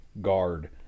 guard